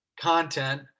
content